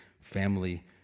family